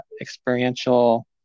experiential